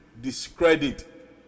discredit